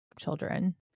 children